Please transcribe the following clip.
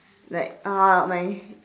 like uh my